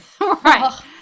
Right